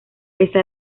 pese